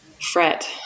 fret